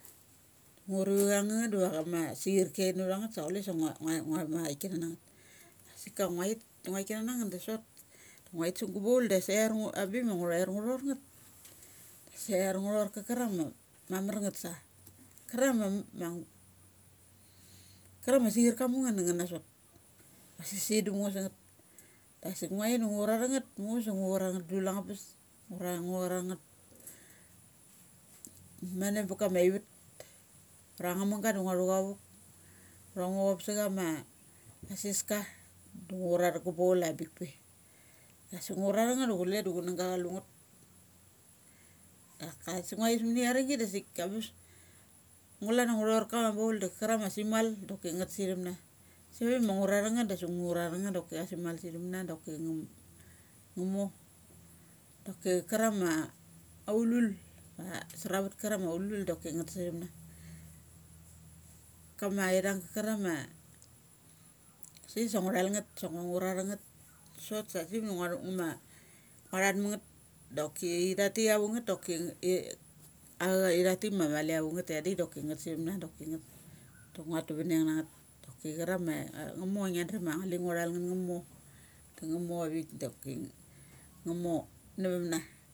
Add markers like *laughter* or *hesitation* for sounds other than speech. Ngu ru *noise* vtha ngeth de va spchin air na vtha ngeth sa chule sa ngua *hesitation* nguaik kanana ngeth. Asik a nguait ngua thik kana na ngeth da sot. Nguait su gu bual da sair ngo a bik ma ngua thair ngu thor ngeth. ser ngu thor karang ma *hesitation* karang ma mar ngeth dangeth na sot. Vasis dum ngo sung ngeth. Dasik nguait da ngu chana nangeth muchus du ngu chara na ngeth da cha dul ananga pes, ura ngu chana nar ngeth mane ua ka ma ivat. Ura ngamanga da ngua thu cha vuk. Ura ngu chop sa chama aseska da ngu chararanget pe. Asik ngu chara nget asik chunangga cha lu nget. Daka nguit sa mani ari nggi dasik ambes ngu lan angu thor kama baul dek arang ama sim mal doki ngeth sarthum na. Save ma ngu chara ra negth dasa ngu charanangeth doki simal sithum na doki. ngamor doki karang ma aulul da asravet karung ma aulul doki ngeth sa thum na. Kama ithung karang ma sip sa nga thal ngeth sa ngu crana ngeth sot sa sip ma ngua ngua that mangeth. Doki ithatik avanget doki *hesitation* auk itha thik ma mali avanget taitha dik doki chai, *hesitation* auk aithatik ma mali avangeth tathadik doki ngeth sathum na doki ngeth du nguatu vaneng na ngeth doki chaning ma angumor ngia drum a ma li ngua thalngeth nga mor da nga mor avik doki nga mor na vum na.